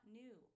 new